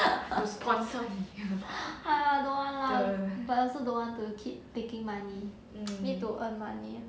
!aiya! don't want lah I also don't want to keep taking money need to earn money